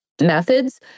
Methods